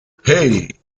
hey